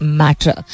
matter